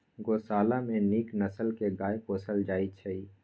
गोशाला मे नीक नसल के गाय पोसल जाइ छइ